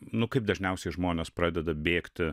nu kaip dažniausiai žmonės pradeda bėgti